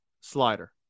slider